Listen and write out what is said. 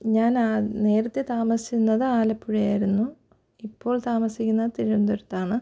ഞാൻ നേരത്തെ താമസിച്ചിരുന്നത് ആലപ്പുഴയായിരുന്നു ഇപ്പോൾ താമസിക്കുന്നത് തിരുവനന്തപുരത്താണ്